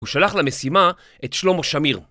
הוא שלח למשימה את שלמה שמיר